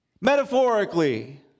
Metaphorically